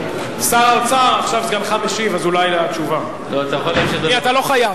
אז אתה יכול להקשיב לתשובה, אתה לא חייב.